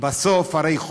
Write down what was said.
אני אתך, סליחה.